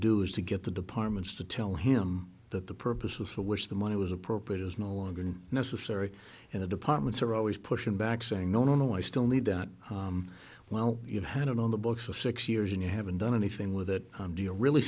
do is to get the departments to tell him that the purposes for which the money was appropriate is no longer necessary and the departments are always pushing back saying no no no i still need that well you've had it on the books for six years and you haven't done anything with it do you really